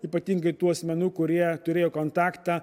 ypatingai tų asmenų kurie turėjo kontaktą